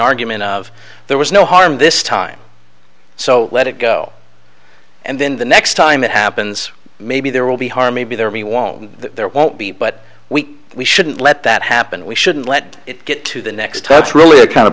argument of there was no harm this time so let it go and then the next time it happens maybe there will be harmony be there we won't there won't be but we we shouldn't let that happen we shouldn't let it get to the next that's really a kind of